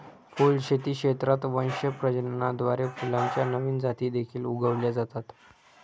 फुलशेती क्षेत्रात वंश प्रजननाद्वारे फुलांच्या नवीन जाती देखील उगवल्या जातात